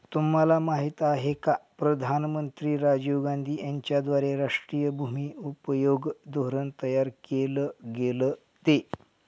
तुम्हाला माहिती आहे का प्रधानमंत्री राजीव गांधी यांच्याद्वारे राष्ट्रीय भूमि उपयोग धोरण तयार केल गेलं ते?